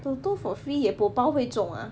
toto for free bo 包会中 ah